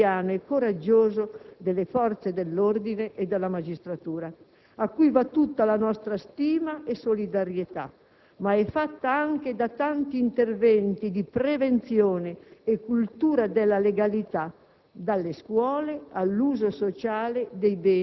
E' un messaggio che non vogliamo passi sotto silenzio. Ogni volta che un bene confiscato resta, magari per anni, abbandonato, che si tratti di un terreno agricolo o di un'impresa, si produce uno scoramento nei cittadini onesti.